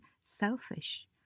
selfish